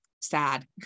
sad